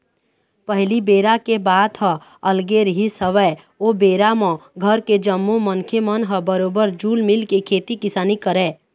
पहिली बेरा के बात ह अलगे रिहिस हवय ओ बेरा म घर के जम्मो मनखे मन ह बरोबर जुल मिलके खेती किसानी करय